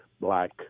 black